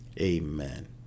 Amen